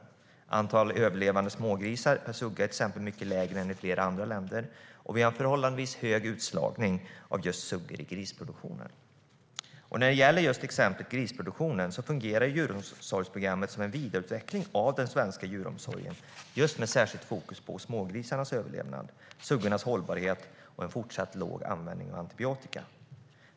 Till exempel är antalet överlevande smågrisar per sugga mycket lägre än i flera andra länder, och vi har en förhållandevis hög utslagning av suggor i grisproduktionen. När det gäller just exemplet grisproduktionen fungerar djuromsorgsprogrammet som en vidareutveckling av den svenska djuromsorgen med särskilt fokus på smågrisarnas överlevnad, suggornas hållbarhet och fortsatt låg användning av antibiotika.